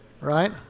Right